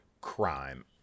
crime